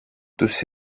τους